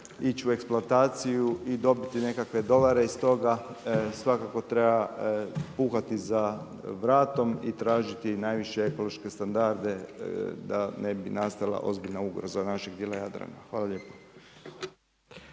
ići u eksploataciju i dobiti nekakve dolare iz toga, svako treba puhati za vratom i tražiti najviše ekološke standarde da ne bi nastala ozbiljna ugroza našeg dijela Jadrana. **Radin,